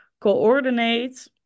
coordinate